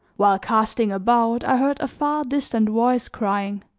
while casting about i heard a far distant voice crying